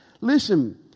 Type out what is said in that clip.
Listen